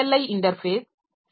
I interface C